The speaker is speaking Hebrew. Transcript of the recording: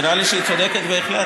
נראה לי שהיא צודקת בהחלט.